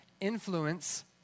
influence